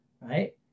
right